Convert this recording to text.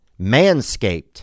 Manscaped